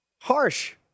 Harsh